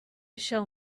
shall